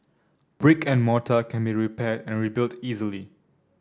brick and mortar can be repaired and rebuilt easily